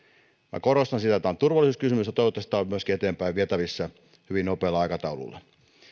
minä korostan sitä että tämä on turvallisuuskysymys ja toivottavasti tämä on myöskin eteenpäin vietävissä hyvin nopealla aikataululla